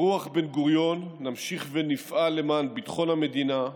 ברוח בן-גוריון נמשיך ונפעל למען ביטחון המדינה,